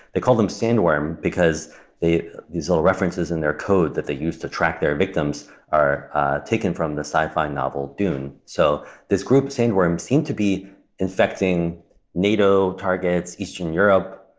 they call them sandworm because these little references in their code that they used to track their victims are taken from the sci-fi novel dune. so this group, sandworm, seemed to be infecting nato targets, eastern europe.